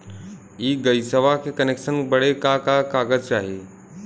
इ गइसवा के कनेक्सन बड़े का का कागज चाही?